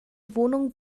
wohnung